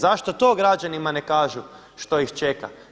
Zašto to ne građanima ne kažu što ih čeka?